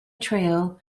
trail